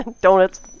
Donuts